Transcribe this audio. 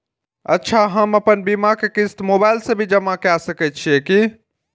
अच्छा हम आपन बीमा के क़िस्त मोबाइल से भी जमा के सकै छीयै की?